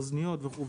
אוזניות וכו',